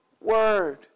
word